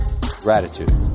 gratitude